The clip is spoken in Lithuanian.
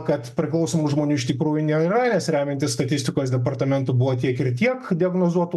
kad priklausomų žmonių iš tikrųjų nėra nes remiantis statistikos departamentu buvo tiek ir tiek diagnozuotų